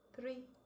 three